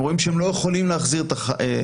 הם רואים שהם לא יכולים להחזיר את החוב.